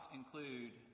include